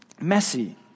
messy